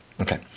Okay